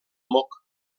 moc